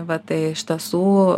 va tai iš tiesų